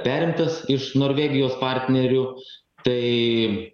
perimtas iš norvegijos partnerių tai